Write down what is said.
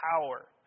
power